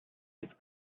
its